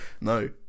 No